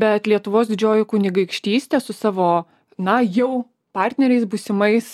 bet lietuvos didžioji kunigaikštystė su savo na jau partneriais būsimais